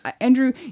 Andrew